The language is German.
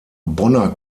bonner